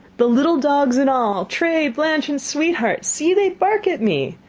the little dogs and all, tray, blanch, and sweetheart see, they bark at me!